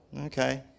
Okay